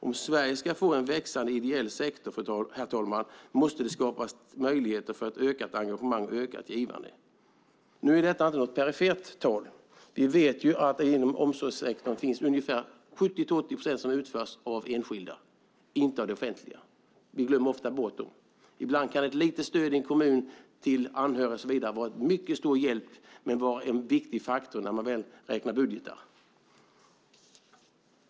Om Sverige ska få en växande ideell sektor måste det skapas möjligheter till ett ökat engagemang och ökat givande. Nu är detta inte något perifert tal. Vi vet ju att det i omsorgssektorn är ungefär 70-80 procent av arbetet som utförs av enskilda, inte av det offentliga. Vi glömmer ofta bort det. Ibland kan ett litet stöd i en kommun, till anhöriga och så vidare, vara en mycket stor hjälp och en viktig faktor när man räknar budgetar.